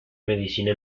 medicina